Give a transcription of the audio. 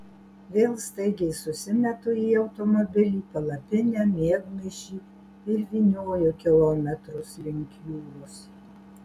vėl staigiai susimetu į automobilį palapinę miegmaišį ir vynioju kilometrus link jūros